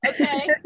okay